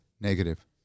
Negative